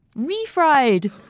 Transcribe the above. Refried